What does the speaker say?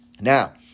Now